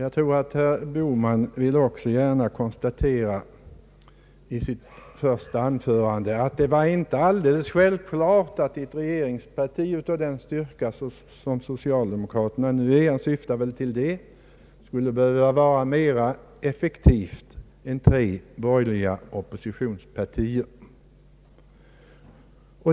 Herr Bohman ville också gärna i sitt första anförande få fram att det inte var alldeles självklart att ett regeringsparti med den styrka som socialdemokraterna har skulle vara mera effektivt än tre borgerliga oppositionspartier.